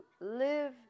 live